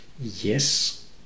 Yes